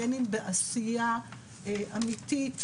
בין אם בעשייה אמיתית,